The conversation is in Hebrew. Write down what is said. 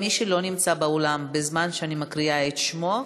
מי שלא נמצא באולם בזמן שאני מקריאה את שמו,